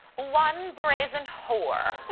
one brazen whore.